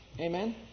Amen